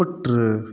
पुटु